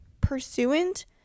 pursuant